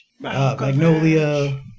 Magnolia